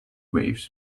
waves